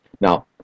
Now